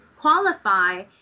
qualify